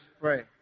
pray